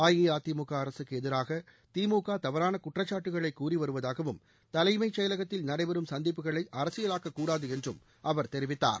அஇஅதிமுக அரசுக்கு எதிராக திமுக தவறான குற்றச்சாட்டுகளை கூறி வருவதாகவும் தலைமைச் செயலகத்தில் நடைபெறும் சந்திப்புகளை அரசியலாக்கக் கூடாது என்றும் அவர் தெரிவித்தார்